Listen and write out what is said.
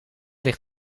ligt